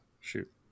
Shoot